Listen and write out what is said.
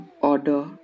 order